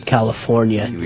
California